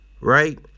right